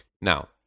Now